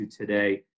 today